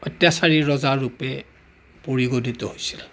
অত্যাচাৰী ৰজা ৰূপে পৰিগণিত হৈছিল